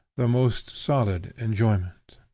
the most solid enjoyment.